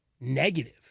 negative